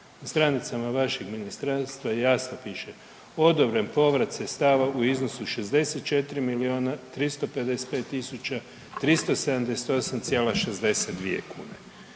Na stranicama vašeg ministarstva jasno piše: „Odobren povrat sredstava u iznosu od 64 milijuna